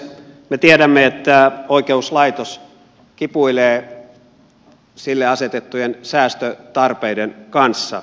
me tiedämme että oikeuslaitos kipuilee sille asetettujen säästötarpeiden kanssa